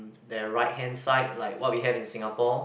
their right hand side like what we have in Singapore